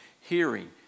hearing